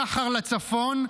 שחר לצפון,